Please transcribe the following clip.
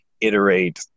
iterate